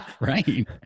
Right